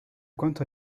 quanto